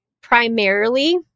primarily